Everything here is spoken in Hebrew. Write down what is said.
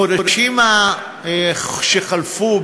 בחודשים שחלפו,